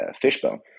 fishbone